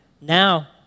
Now